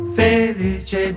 felice